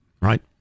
Right